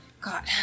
God